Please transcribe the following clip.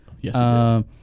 Yes